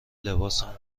لباسمون